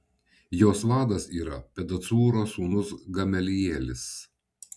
jos vadas yra pedacūro sūnus gamelielis